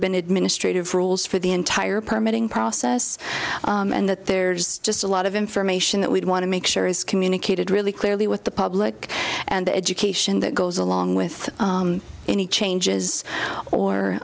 been administrative rules for the entire permitting process and that there's just a lot of information that we'd want to make sure is communicated really clearly with the public and the education that goes along with any changes or